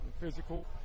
physical